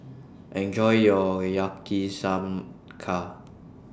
Enjoy your Yakizakana